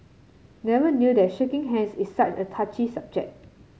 never knew that shaking hands is such a touchy subject